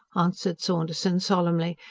answered saunderson solemnly,